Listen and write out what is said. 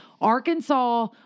Arkansas